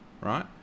Right